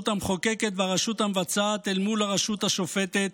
המחוקקת והרשות המבצעת אל מול הרשות השופטת,